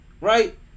right